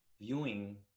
viewing